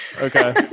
Okay